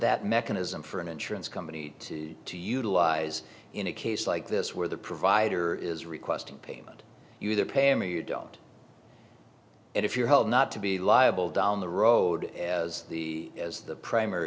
that mechanism for an insurance company to to utilize in a case like this where the provider is requesting payment you either pay him or you don't and if you're held not to be liable down the road as the as the primary